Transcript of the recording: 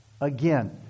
Again